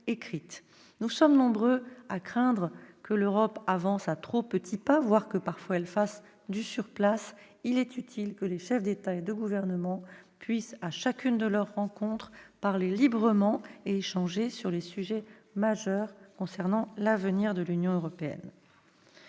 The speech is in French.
Nous sommes nombreux à craindre que l'Europe n'avance à trop petits pas, voire que, parfois, elle ne fasse du sur-place. Il est utile que les chefs d'État et de gouvernement puissent, à chacune de leurs rencontres, parler librement et échanger sur les sujets majeurs qui mettent en jeu l'avenir de l'Union européenne.